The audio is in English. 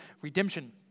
redemption